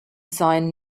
sign